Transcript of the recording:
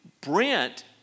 Brent